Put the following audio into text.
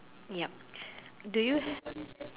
yup do you